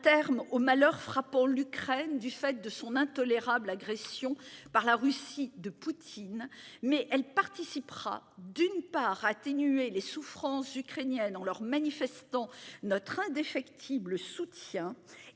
terme aux malheurs frappant l'Ukraine du fait de son intolérable agression par la Russie de Poutine mais elle participera d'une part, atténuer les souffrances ukrainienne en leur manifestons notre indéfectible soutien,